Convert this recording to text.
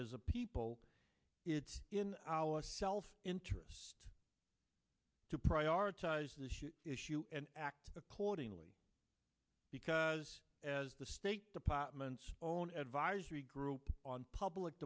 as a people it's in our self interest to prioritize this issue and act accordingly because as the state department's own advisory group on public